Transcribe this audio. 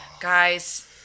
Guys